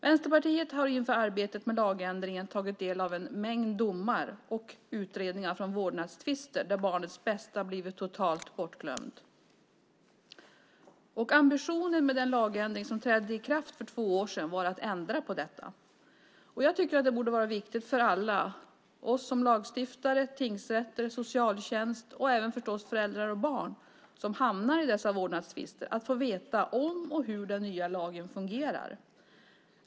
Vänsterpartiet har inför arbetet med lagändringen tagit del av en mängd domar och utredningar från vårdnadstvister där barnets bästa har blivit totalt bortglömt. Ambitionen med den lagändring som trädde i kraft för två år sedan var att ändra på detta. Det borde vara viktigt för alla - lagstiftare, tingsrätter, socialtjänst och även föräldrar och barn - som hamnar i dessa vårdnadstvister att få veta om och hur den nya lagen fungerar.